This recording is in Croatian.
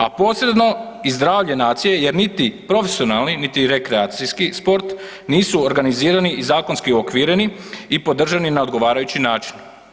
A posredno iz drage nacije jer niti profesionalni niti rekreacijski sport nisu organizirani i zakonski uokvireni i podržani na odgovarajući način.